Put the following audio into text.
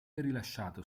rilasciato